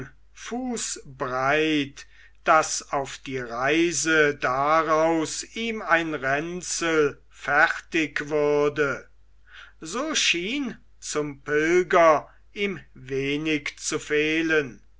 fußbreit daß auf die reise daraus ihm ein ränzel fertig würde so schien zum pilger ihm wenig zu fehlen